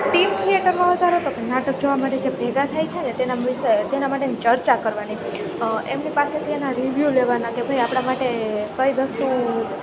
team થિએટરમાં વધારો તો નાટક જોવા માટે જે ભેગા થાય છે તેના તેના માટેની ચર્ચા કરવાની એમની પાસેથી એમના રિવ્યૂ લેવાના કે ભાઈ આપણા માટે કઈ વસ્તુ